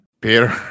Peter